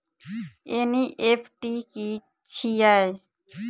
NEFT की छीयै?